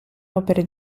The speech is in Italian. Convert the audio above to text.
opere